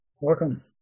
Welcome